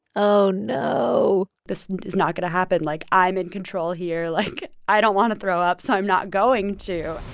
oh, no. this is not going to happen. like, i'm in control here. like, i don't want to throw up, so i'm not going to